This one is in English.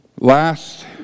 Last